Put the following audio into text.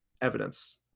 evidence